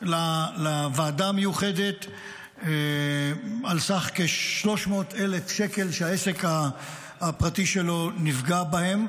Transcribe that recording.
לוועדה המיוחדת על סך כ-300,000 שקלים שהעסק הפרטי שלו נפגע בהם.